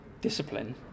discipline